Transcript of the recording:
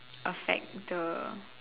affect the